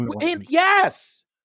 Yes